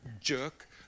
jerk